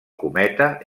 cometa